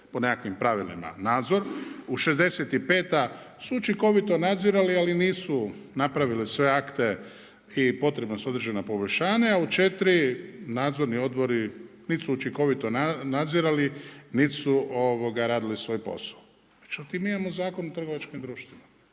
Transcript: po nekakvim pravilima nadzor. U 65 su učinkovito nadzirali, ali nisu napravili sve akte i potrebna su određena poboljšanja. U 4 nadzorni odbori niti su učinkovito nadzirali, niti su radili svoj posao. Međutim, mi imamo Zakon o trgovačkim društvima.